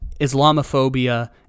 Islamophobia